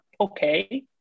okay